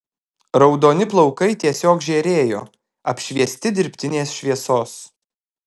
raudoni plaukai tiesiog žėrėjo apšviesti dirbtinės šviesos